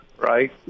right